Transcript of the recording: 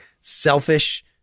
selfish